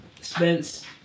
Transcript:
Spence